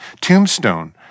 Tombstone